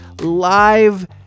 live